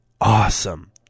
awesome